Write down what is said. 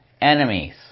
enemies